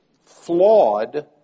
flawed